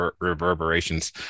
reverberations